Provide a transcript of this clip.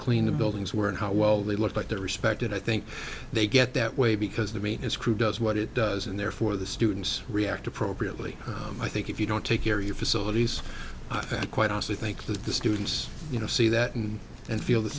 clean the buildings were and how well they looked at that respect and i think they get that way because the me as crew does what it does and therefore the students react appropriately i think if you don't take care you facilities i quite honestly think that the students you know see that and and feel the